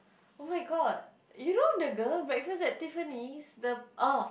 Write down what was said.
oh-my-god you know the girl Breakfast at Tiffany's the ah